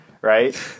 right